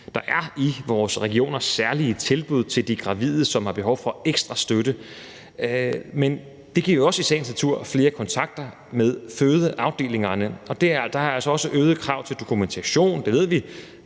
Der er i vores regioner særlige tilbud til de gravide, som har behov for ekstra støtte, men det giver jo også i sagens natur flere kontakter med fødeafdelingerne, og der er altså også øgede krav til dokumentation; det ved vi.